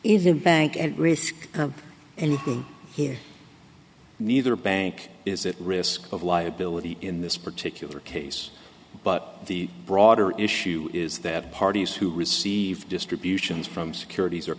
the bank at risk and here neither bank is at risk of liability in this particular case but the broader issue is that parties who receive distributions from securit